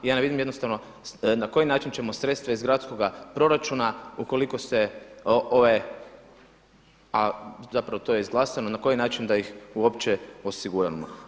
I ja ne vidim jednostavno na koji način ćemo sredstva iz gradskoga proračuna ukoliko se ove, a zapravo to je izglasano, na koji način da ih uopće osiguramo.